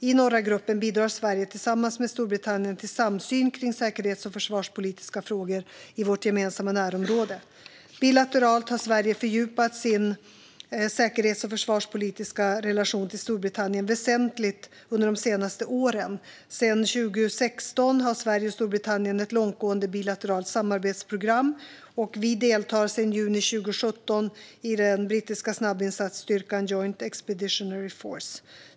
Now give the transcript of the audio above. I Norra gruppen bidrar Sverige tillsammans med Storbritannien till samsyn kring säkerhets och försvarspolitiska frågor i vårt gemensamma närområde. Bilateralt har Sverige fördjupat sin säkerhets och försvarspolitiska relation till Storbritannien väsentligt under de senaste åren. Sedan 2016 har Sverige och Storbritannien ett långtgående bilateralt samarbetsprogram, och vi deltar sedan juni 2017 i den brittiska snabbinsatsstyrkan Joint Expeditionary Force.